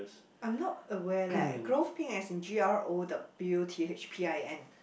I'm not aware leh growth pin as in G R O W T H P I N